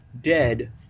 dead